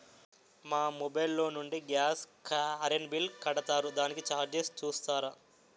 మా మొబైల్ లో నుండి గాస్, కరెన్ బిల్ కడతారు దానికి చార్జెస్ చూస్తారా?